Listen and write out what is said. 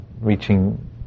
reaching